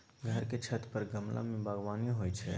घर के छत पर गमला मे बगबानी होइ छै